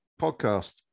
podcast